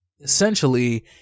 essentially